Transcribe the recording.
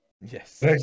Yes